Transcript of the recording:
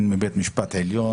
גם של בית משפט עליון.